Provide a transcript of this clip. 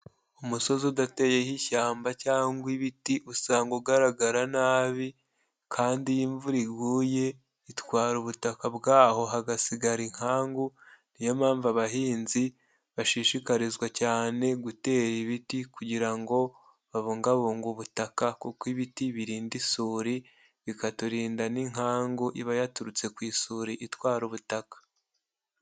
Umusozi udateyeho ishyamba cyangwa ibiti usanga ugaragara nabi kandi imvura iguye itwara ubutaka bw'aho hagasigara inkangu, ni yo mpamvu abahinzi bashishikarizwa cyane gutera ibiti kugira ngo babungabunge ubutaka kuko ibiti birinda isuri bikaturinda n'inkangu iba yaturutse ku isuri itwara ubutaka.